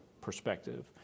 perspective